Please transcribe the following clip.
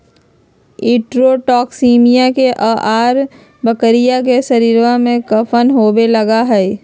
enterotoxaemia के अआरण बकरियन के शरीरवा में कम्पन होवे लगा हई